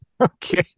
Okay